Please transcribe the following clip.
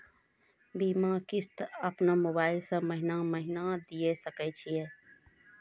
बीमा किस्त अपनो मोबाइल से महीने महीने दिए सकय छियै?